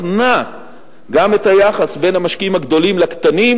בחנה את היחס בין המשקיעים הגדולים לקטנים,